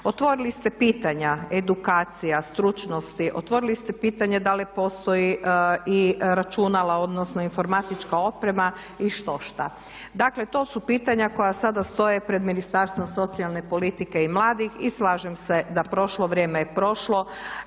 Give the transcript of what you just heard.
Otvorili ste pitanja edukacija, stručnosti, otvorili ste pitanje da li postoji i računala, odnosno informatička oprema i štošta. Dakle, to su pitanja koja sada stoje pred Ministarstvom socijalne politike i mladih i slažem se da prošlo vrijeme je prošlo.